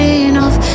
enough